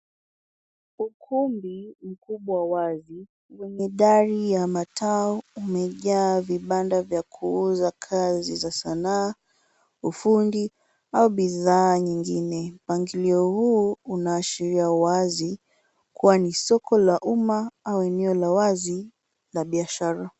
Ukumbi mkubwa wazi wenye dari ya taa umejaa vibanda vya kuuza kazi za sanaa, ufundi au bidhaa nyingine. Mpangilio huu unaashiria wazi kuwa ni soko la umma au eneo la wazi la biashara.